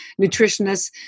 nutritionists